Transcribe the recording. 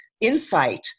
insight